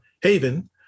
Haven